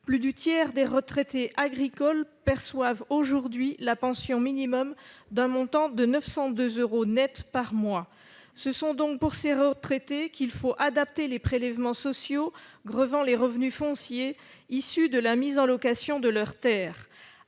Plus du tiers des retraités agricoles perçoivent aujourd'hui la pension minimum, dont le montant est de 902 euros nets par mois. Ce sont donc pour ces retraités qu'il faut adapter les prélèvements sociaux grevant les revenus fonciers issus de la mise en location de leurs terres.